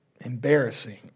embarrassing